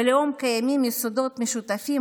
בלאום קיימים יסודות משותפים,